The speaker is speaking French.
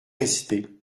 resté